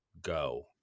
go